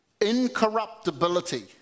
incorruptibility